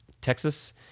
Texas